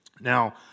Now